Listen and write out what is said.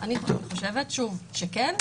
אני חושבת שכן.